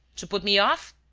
to put me off?